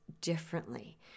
differently